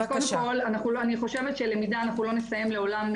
קודם כל אני חושבת שלמידה אנחנו לא נסיים לעולם,